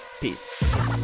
peace